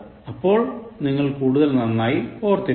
അപ്പോൾ നിങ്ങൾ കൂടുതൽ നന്നായി ഓർത്തിരിക്കും